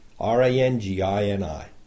R-A-N-G-I-N-I